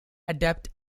adept